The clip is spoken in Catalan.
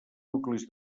nuclis